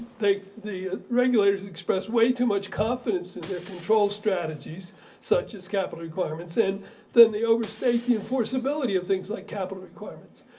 the regulator's express way too much confidence in their control strategies such as capital requirements and then they overstate the enforceability of things like capital requirements.